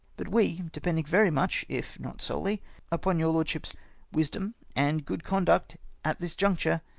but we, depending very much if not solely upon your lordship's wisdom and good conduct at this juncture,